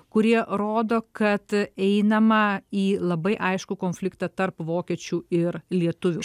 kurie rodo kad einama į labai aiškų konfliktą tarp vokiečių ir lietuvių